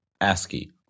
ASCII